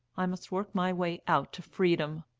i must work my way out to freedom.